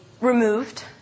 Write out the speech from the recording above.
removed